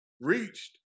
reached